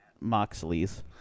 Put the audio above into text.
Moxley's